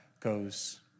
goes